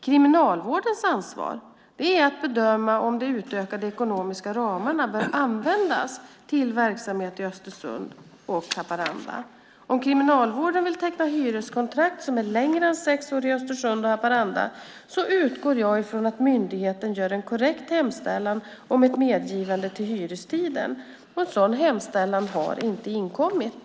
Kriminalvårdens ansvar är att bedöma om de utökade ekonomiska ramarna bör användas till verksamhet i Östersund och Haparanda. Om Kriminalvården vill teckna hyreskontrakt som är längre än sex år i Östersund och Haparanda utgår jag från att myndigheten gör en korrekt hemställan om ett medgivande till hyrestiden. En sådan hemställan har inte inkommit.